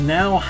now